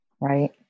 right